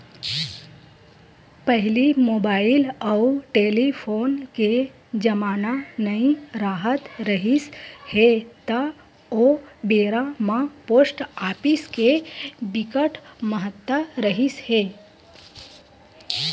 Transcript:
पहिली मुबाइल अउ टेलीफोन के जमाना नइ राहत रिहिस हे ता ओ बेरा म पोस्ट ऑफिस के बिकट महत्ता रिहिस हे